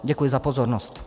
Děkuji za pozornost.